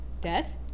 Death